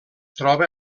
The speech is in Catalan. troba